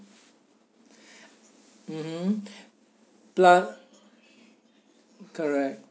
mmhmm pla~ correct